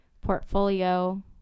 portfolio